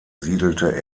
siedelte